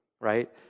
right